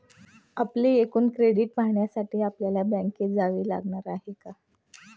आपले एकूण क्रेडिट पाहण्यासाठी आपल्याला बँकेत जावे लागणार आहे का?